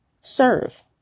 serve